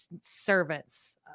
servants